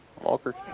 Walker